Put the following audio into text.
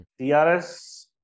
TRS